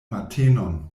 matenon